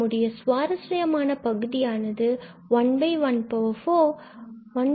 நம்முடைய சுவாரஸ்யமான பகுதியானது 114134